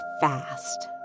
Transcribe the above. fast